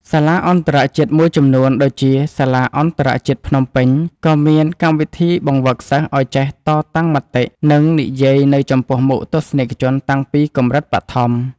សាលាអន្តរជាតិមួយចំនួនដូចជា សាលាអន្តរជាតិភ្នំពេញ ក៏មានកម្មវិធីបង្វឹកសិស្សឱ្យចេះតតាំងមតិ និងនិយាយនៅចំពោះមុខទស្សនិកជនតាំងពីកម្រិតបឋម។